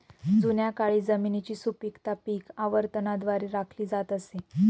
जुन्या काळी जमिनीची सुपीकता पीक आवर्तनाद्वारे राखली जात असे